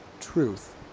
truth